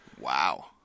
Wow